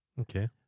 Okay